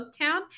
Booktown